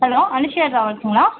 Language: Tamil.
ஹலோ அனுஷியா ட்ராவில்ஸ்ங்களா